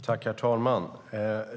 Herr talman!